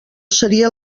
seria